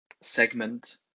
segment